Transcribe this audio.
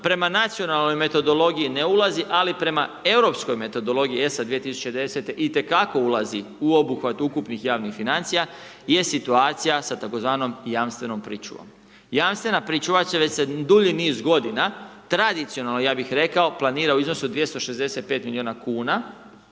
prema nacionalnoj metodologiji, ne ulazi, ali prema europskoj metodologiji ESA 2010. itekako ulazi u obuhvat ukupnih javnih financija, je situacija, s tzv. jamstvenom pričuvom. Jamstvena pričuva, će sad dulji niz g. tradicionalno, ja bih rekao, planira u iznosu od 265 milijuna kn